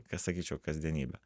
kas sakyčiau kasdienybė